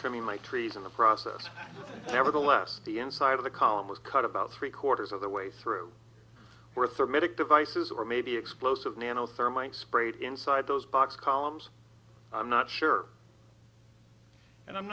trimming my trees in the process nevertheless the inside of the column was cut about three quarters of the way through worth a medic devices or maybe explosive nano thermite sprayed inside those box columns i'm not sure and i'm